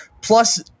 plus